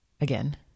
again